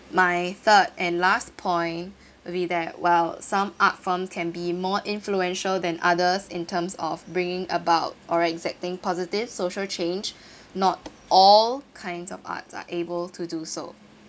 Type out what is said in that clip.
my third and last point will be that well some art form can be more influential than others in terms of bringing about or enacting positive social change not all kinds of arts are able to do so